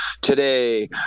Today